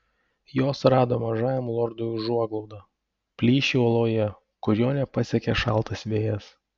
jos rado mažajam lordui užuoglaudą plyšį uoloje kur jo nepasiekė šaltas vėjas